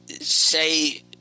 say